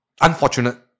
unfortunate